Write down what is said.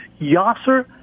Yasser